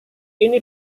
ini